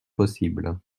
possibles